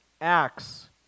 acts